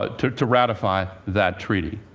ah to to ratify that treaty.